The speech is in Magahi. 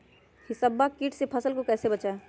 हिसबा किट से फसल को कैसे बचाए?